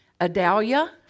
Adalia